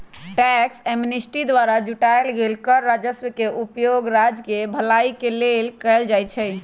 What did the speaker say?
tax amnesty द्वारा जुटाएल गेल कर राजस्व के उपयोग राज्य केँ भलाई के लेल कएल जाइ छइ